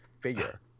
figure